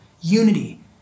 Unity